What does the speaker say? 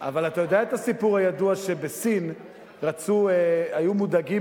אבל אתה יודע את הסיפור הידוע שבסין היו מודאגים